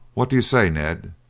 what do you say, ned?